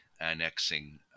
annexing